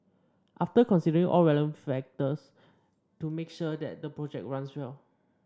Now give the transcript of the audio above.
after considering all relevant factors to make sure that the project runs well